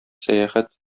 сәяхәт